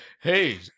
Hey